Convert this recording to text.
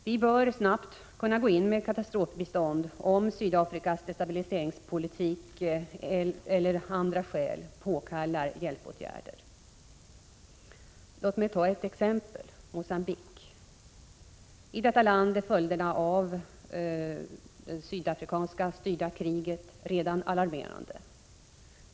Vi bör snabbt kunna gå in med katastrofbistånd om Sydafrikas destabiliseringspolitik eller andra skäl påkallar hjälpåtgärder. Låt mig nämna ett exempel. I Mogambique är följderna av det av Sydafrika styrda kriget redan alarmerande.